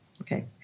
Okay